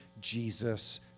Jesus